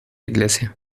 iglesia